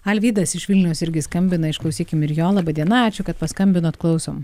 alvydas iš vilniaus irgi skambina išklausykim ir jo laba diena ačiū kad paskambinot klausom